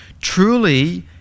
Truly